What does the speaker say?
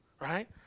right